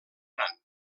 gran